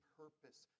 purpose